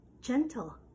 gentle